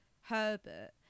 Herbert